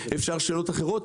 אפשר לשאול שאלות אחרות,